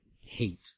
hate